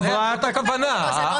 די- -- חברת הכנסת